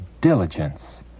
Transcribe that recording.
diligence